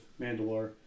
Mandalore